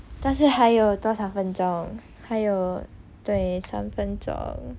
但是还有多少分钟还有对三分钟